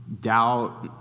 doubt